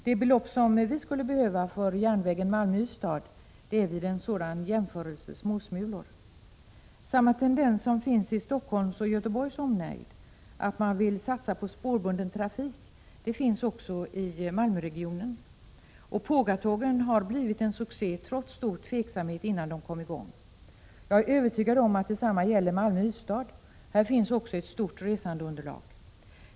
De belopp som vi skulle behöva för järnvägen Malmö-Ystad är vid en sådan jämförelse småsmulor. Samma tendens som finns i Stockholms och Göteborgs omnejd, att man vill satsa på spårbunden trafik, finns också i Malmöregionen. Pågatågen har blivit en succé, trots stor tveksamhet innan de kom i gång. Jag är övertygad om att detsamma gäller Malmö-Ystad-banan. Här finns också ett stort resandeunderlag.